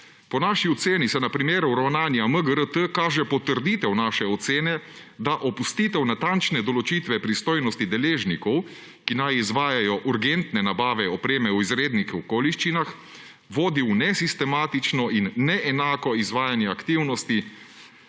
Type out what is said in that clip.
»Po naši oceni se na primeru ravnanja MGRT kaže potrditev naše ocene, da opustitev natančne določitve pristojnosti deležnikov, ki naj izvajajo urgentne nabave opreme v izrednih okoliščinah, vodi v nesistematično in neenako izvajanje aktivnosti,